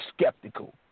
skeptical